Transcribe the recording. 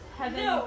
heaven